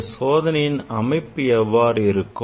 இந்த சோதனைக்கான அமைப்பு எவ்வாறு இருக்கும்